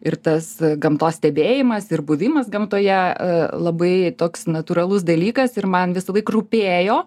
ir tas gamtos stebėjimas ir buvimas gamtoje labai toks natūralus dalykas ir man visąlaik rūpėjo